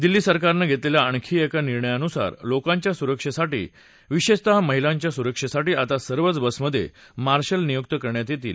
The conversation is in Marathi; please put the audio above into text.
दिल्ली सरकारनं घेतलेल्या आणखी एका निर्णयानुसार लोकांच्या सुरक्षेसाठी विशेषतः महिलांच्या सुरक्षेसाठी आता सर्वच बसमधे मार्शल नियुक करण्यात येतील